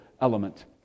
element